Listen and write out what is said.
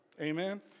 Amen